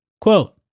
Quote